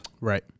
Right